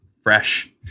fresh